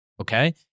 okay